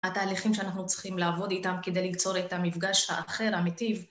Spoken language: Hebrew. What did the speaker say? התהליכים שאנחנו צריכים לעבוד איתם כדי ליצור את המפגש האחר, אמיתי.